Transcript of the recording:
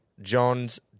Johns